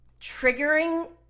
triggering